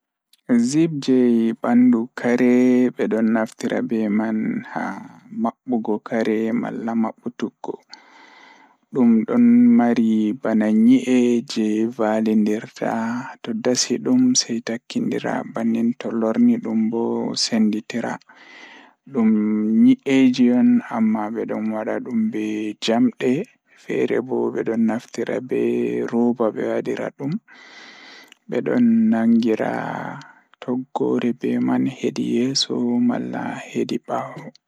Zipper ɗiɗi waɗi e njiytaade laawol e dow ɓe nafaade e jemma. Nde eɓe njiyata, buuɓe e ɗiɗi nafaade njalti e ɓe hiɓe e laawol ngol, waɗi e ngal nafaade. Eɓe waawataa e hokka e ngol ɗe e tagude e ndiyam ngal.